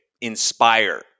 inspire